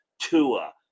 Tua